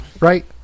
Right